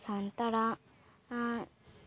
ᱥᱟᱱᱛᱟᱲᱟᱜ